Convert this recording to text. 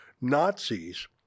Nazis